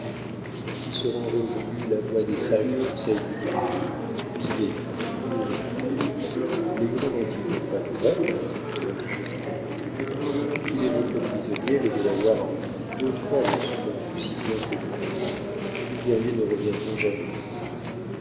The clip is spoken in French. quand ils seront revenus la voix des sages du conseil vous dira vivez ou mourez les hurons n'ont-ils donc pas d'oreilles s'écria le jeune mohican depuis qu'il est votre prisonnier le delaware a entendu deux fois le son d'un fusil bien connu vos deux guerriers ne reviendront jamais